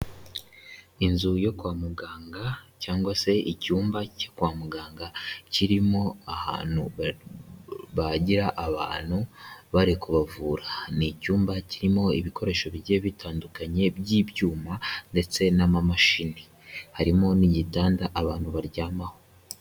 Inzu yo kwa muganga cyangwa se icyumba cyo kwa muganga, kirimo ahantu babagira abantu bari kubavura, ni icyumba kirimo ibikoresho bigiye bitandukanye by'ibyuma ndetse n'amamashini, harimo n'igitanda abantu baryamaho.